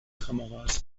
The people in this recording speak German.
kameras